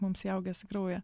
mums įaugęs į kraują